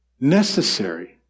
Necessary